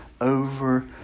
over